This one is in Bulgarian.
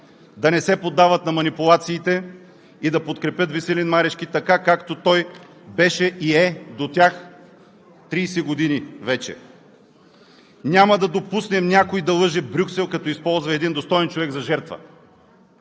да не се поддават на манипулациите и да подкрепят Веселин Марешки така, както той беше, и е до тях вече 30 години. Няма да допуснем някой да лъже Брюксел, като използва един достоен човек за жертва.